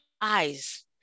eyes